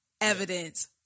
evidence